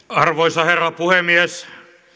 arvoisa herra puhemies